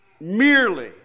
merely